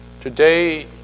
Today